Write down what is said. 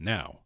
Now